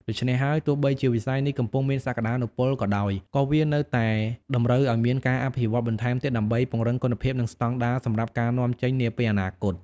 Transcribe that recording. ដូច្នេះហើយ ទោះបីជាវិស័យនេះកំពុងមានសក្តានុពលក៏ដោយ ក៏វានៅតែតម្រូវឲ្យមានការអភិវឌ្ឍបន្ថែមទៀតដើម្បីពង្រឹងគុណភាពនិងស្តង់ដារសម្រាប់ការនាំចេញនាពេលអនាគត។